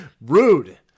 Rude